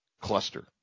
cluster